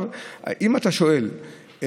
אם אתה שואל,